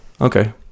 Okay